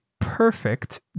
perfect